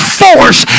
force